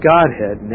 Godhead